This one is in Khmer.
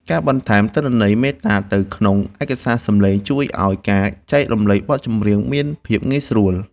ការបន្ថែមទិន្នន័យមេតាទៅក្នុងឯកសារសំឡេងជួយឱ្យការចែកចាយបទចម្រៀងមានភាពងាយស្រួល។